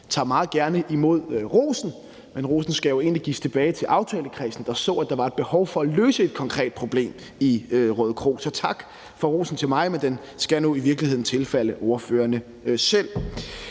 tager meget gerne imod rosen, men rosen skal jo egentlig gives tilbage til aftalekredsen, der så, at der var et behov for at løse et konkret problem i Rødekro. Så tak for rosen til mig, men den skal nu i virkeligheden tilfalde ordførerne selv.